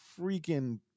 freaking